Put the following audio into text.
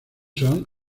son